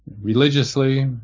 religiously